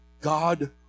God